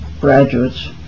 graduates